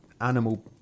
animal